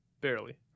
barely